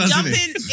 Jumping